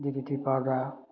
D D T powder